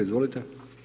Izvolite.